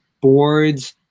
boards